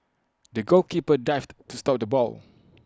the goalkeeper dived to stop the ball